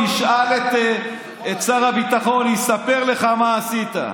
תשאל את שר הביטחון, הוא יספר לך מה עשית.